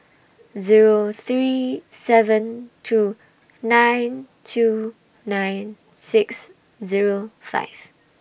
Zero three seven two nine two nine six Zero five